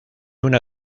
una